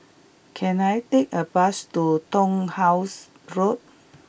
can I take a bus to Turnhouse Road